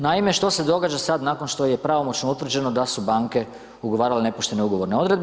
Naime, što se događa sad nakon što je pravomoćno utvrđeno da su banke ugovorile nepoštene ugovorne odredbe?